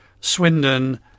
Swindon